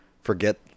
forget